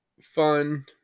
fun